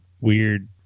weird